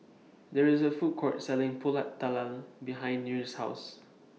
There IS A Food Court Selling Pulut Tatal behind Nyree's House